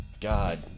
God